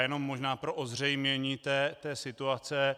Jenom možná pro ozřejmení té situace.